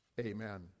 amen